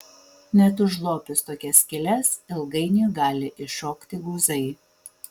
net užlopius tokias skyles ilgainiui gali iššokti guzai